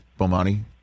Bomani